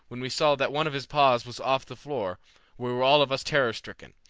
when we saw that one of his paws was off the floor, we were all of us terror-stricken,